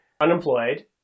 unemployed